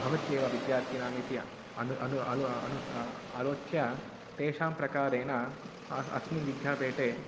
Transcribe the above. भवत्येव विद्यार्थीनाम् इति अनु अनु अनु अनु स आलोच्य तेषां प्रकारेण अ अस्मिन् विद्यापीठे